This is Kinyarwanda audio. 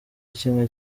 kimwe